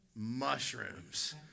mushrooms